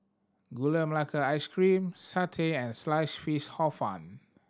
Gula Melaka Ice Cream satay and Sliced Fish Hor Fun